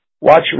watch